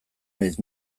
naiz